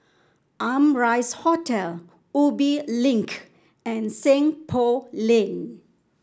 Amrise Hotel Ubi Link and Seng Poh Lane